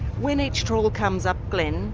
when each trawl comes up, glen,